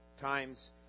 times